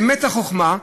באמת, החוכמה,